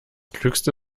klügste